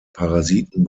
parasiten